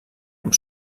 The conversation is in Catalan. amb